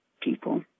people